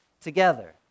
together